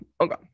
okay